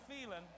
feeling